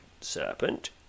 serpent